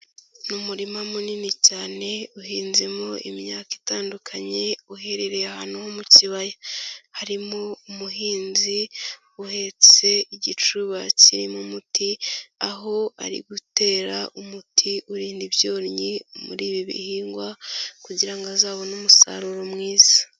Ni umurima munini cyane uhinzemo imyaka itandukanye uherereye ahantu ho mu kibaya, harimo umuhinzi uhetse igicuba kirimo umuti aho ari gutera umuti urinda ibyonnyi muri ibi bihingwa kugira ngo azabone umusaruro mwiza.